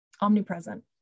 omnipresent